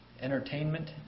entertainment